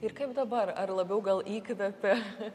ir kaip dabar ar labiau gal įkvepia